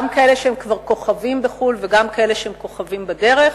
גם כאלה שהם כבר כוכבים בחו"ל וגם כאלה שהם כוכבים בדרך.